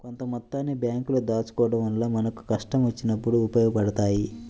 కొంత మొత్తాన్ని బ్యేంకుల్లో దాచుకోడం వల్ల మనకు కష్టం వచ్చినప్పుడు ఉపయోగపడతయ్యి